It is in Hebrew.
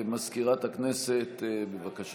מזכירת הכנסת, בבקשה.